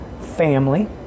family